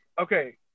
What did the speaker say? okay